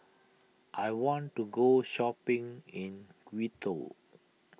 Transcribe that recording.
I want to go shopping in Quito